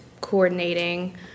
coordinating